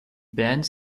band